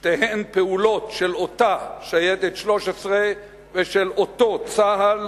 שתיהן פעולות של אותה שייטת 13 ושל אותו צה"ל